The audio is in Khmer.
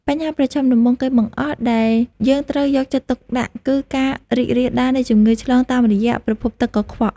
បញ្ហាប្រឈមដំបូងគេបង្អស់ដែលយើងត្រូវយកចិត្តទុកដាក់គឺការរីករាលដាលនៃជំងឺឆ្លងតាមរយៈប្រភពទឹកកខ្វក់។